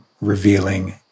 revealing